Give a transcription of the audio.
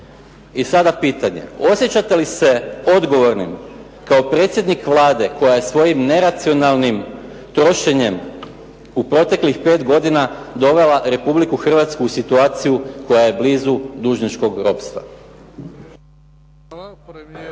I sada pitanje. Osjećate li se odgovornim kao predsjednik Vlade koja je svojim neracionalnim trošenjem u proteklih pet godina dovela Republiku Hrvatsku u situaciju koja je blizu dužničkog ropstva? **Bebić,